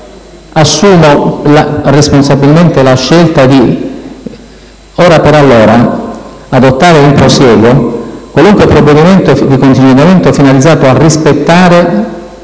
assumo responsabilmente la scelta, ora per allora, di adottare in prosieguo qualunque provvedimento di contingentamento finalizzato a rispettare